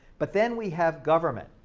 but then we have government,